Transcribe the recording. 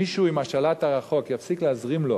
מישהו עם השלט הרחוק יפסיק להזרים לו